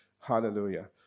Hallelujah